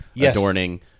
adorning